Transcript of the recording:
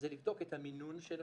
וזה לבדוק את המינון של השאלות,